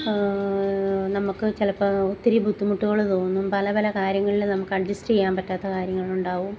നമ്മൾക്ക് ചിലപ്പം ഒത്തിരി ബുദ്ധിമുട്ടുകൾ തോന്നും പല പല കാര്യങ്ങളിൽ നമുക്ക് അഡ്ജസ്റ്റ് ചെയ്യാൻ പറ്റാത്ത കാര്യങ്ങൾ ഉണ്ടാവും